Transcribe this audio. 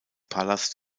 palas